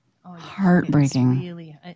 Heartbreaking